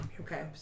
Okay